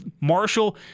Marshall